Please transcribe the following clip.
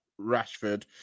Rashford